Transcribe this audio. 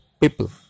people